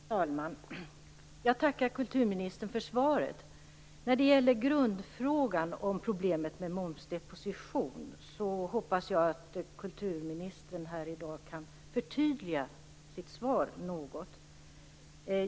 Fru talman! Jag tackar kulturministern för svaret. När det gäller grundfrågan om problemet med momsdeposition hoppas jag att kulturministern här i dag kan förtydliga sitt svar något.